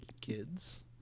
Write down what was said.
kids